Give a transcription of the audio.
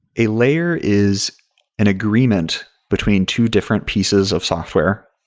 a layer is an agreement between two different pieces of software,